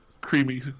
creamy